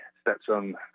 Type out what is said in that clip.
stepson